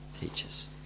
teachers